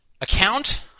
account